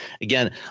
again